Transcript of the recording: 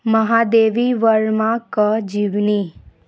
महादेवी वर्माके जीवनी